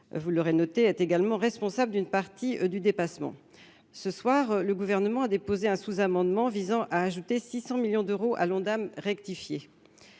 inflationniste est également responsable d'une partie du dépassement. Ce soir, le Gouvernement a déposé un sous-amendement visant à ajouter 600 millions d'euros à l'Ondam rectifié.